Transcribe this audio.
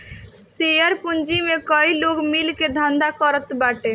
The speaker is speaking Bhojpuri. शेयर पूंजी में कई लोग मिल के धंधा करत बाटे